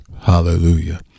Hallelujah